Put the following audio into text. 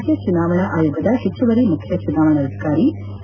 ರಾಜ್ಯ ಚುನಾವಣಾ ಆಯೋಗದ ಹೆಚ್ಚುವರಿ ಮುಖ್ಯ ಚುನಾವಣಾಧಿಕಾರಿ ಕೆ